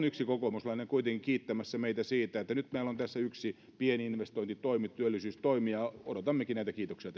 yksi kokoomuslainenkin kuitenkin kiittämässä meitä siitä että nyt meillä on tässä yksi pieni investointitoimi työllisyystoimi odotammekin näitä kiitoksia